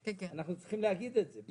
אנחנו צריכים להגיד את זה.